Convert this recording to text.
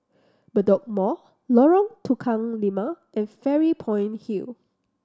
Bedok Mall Lorong Tukang Lima and Fairy Point Hill